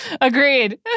Agreed